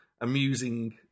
amusing